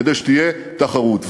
פרו-שוק, כדי שתהיה תחרות.